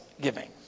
giving